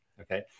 Okay